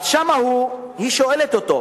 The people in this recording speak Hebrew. היא שואלת אותו: